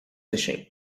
fishing